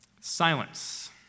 Silence